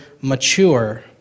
mature